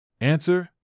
Answer